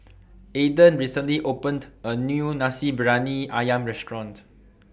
Aaden recently opened A New Nasi Briyani Ayam Restaurant